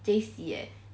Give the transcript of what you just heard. J_C eh